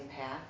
path